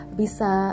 bisa